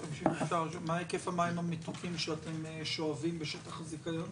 מה היקף המים המתוקים שאתם שואבים בשטח הזיכיון?